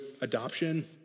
adoption